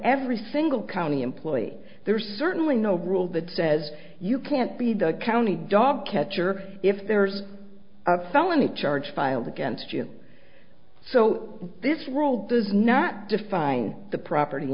every single county employee there is certainly no rule that says you can't be the county dog catcher if there's a felony charge filed against you so this rule does not define the property